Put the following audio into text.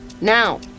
Now